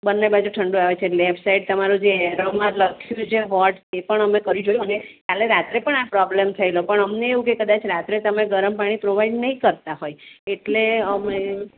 બન્ને બાજુ ઠંડુ આવે છે લેફ્ટ સાઈડ તમારું જે એરોમાં લખ્યું છે હોટ એ પણ અમે કરી જોઈએ અને કાલે રાત્રે પણ આ પ્રોબ્લેમ થયેલો પણ અમને એવું કે કદાચ રાત્રે તમે ગરમ પાણી પ્રોવાઈડ નહીં કરતા હોય એટલે અમે